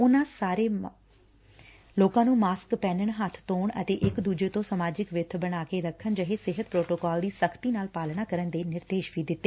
ਉਨਾਂ ਸਾਰੇ ਮਾਸਕ ਪਹਿਨਣ ਹੱਬ ਧੋਣ ਅਤੇ ਇੱਕ ਦੁਜੇ ਤੋਂ ਸਮਾਜਿਕ ਵਿੱਬ ਬਣਾ ਕੇ ਰੱਖਣ ਜਿਹੇ ਸਿਹਤ ਪ੍ਰੋਟੋਕਾਲ ਦੀ ਸਖ਼ਤੀ ਨਾਲ ਪਾਲਣਾ ਕਰਨ ਦੇ ਨਿਰਦੇਸ਼ ਵੀ ਦਿੱਤੇ